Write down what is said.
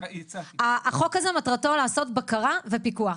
החוק הזה מטרתו לעשות בקרה ופיקוח.